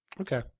okay